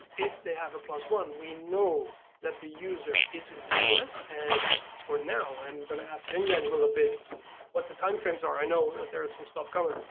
if they have a plus one we know that the user is in the us, and for now, and we're gonna ask janke in and a little bit what the timeframes are, i know that there are some stuff going.